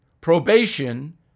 Probation